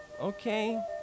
Okay